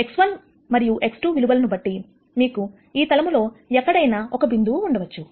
x1 మరియు x2 విలువలను బట్టి మీకు ఈ తలము లో ఎక్కడైనా ఒక బిందువు ఉండవచ్చు